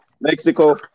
Mexico